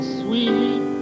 sweet